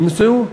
נמצאים.